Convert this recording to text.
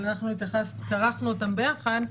אבל אנחנו כרכנו אותן ביחד,